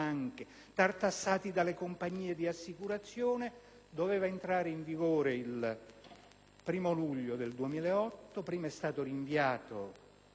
tartassati dalle compagnie di assicurazione, norma che doveva entrare in vigore il primo luglio del 2008, mentre è stata rinviata